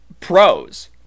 pros